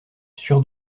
sûr